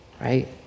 Right